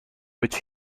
which